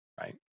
right